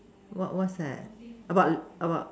what what's that about about